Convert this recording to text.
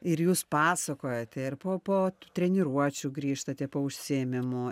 ir jūs pasakojate ir po po treniruočių grįžtate po užsiėmimų